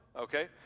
Okay